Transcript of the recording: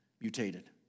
mutated